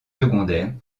secondaires